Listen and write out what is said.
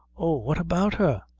oh! what about her?